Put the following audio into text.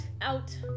out